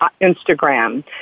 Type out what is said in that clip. Instagram